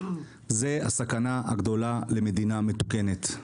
זו הסכנה הגדולה למדינה מתוקנת.